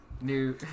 new